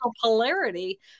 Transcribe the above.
polarity